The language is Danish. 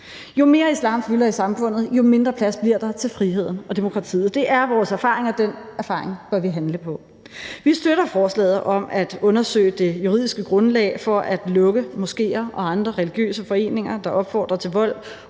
Jo mere islam fylder i samfundet, jo mindre plads bliver der til friheden og demokratiet. Det er vores erfaring, og den erfaring bør vi handle på. Vi støtter forslaget om at undersøge det juridiske grundlag for at lukke moskéer og andre religiøse foreninger, der opfordrer til vold,